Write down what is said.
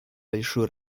большую